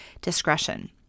discretion